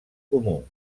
comú